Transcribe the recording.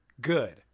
Good